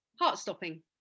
heart-stopping